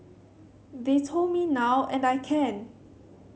they told me now and I can